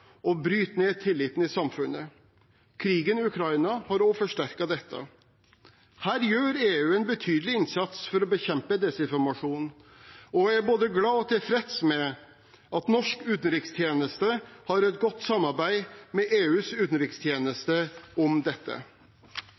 ned tilliten i samfunnet. Krigen i Ukraina har også forsterket dette. Her gjør EU en betydelig innsats for å bekjempe desinformasjon, og jeg er både glad for og tilfreds med at norsk utenrikstjeneste har et godt samarbeid med EUs utenrikstjeneste om dette.